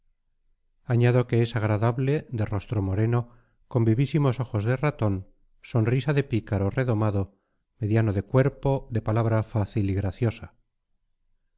añado que es agradable de rostro moreno con vivísimos ojos de ratón sonrisa de pícaro redomado mediano de cuerpo de palabra fácil y graciosa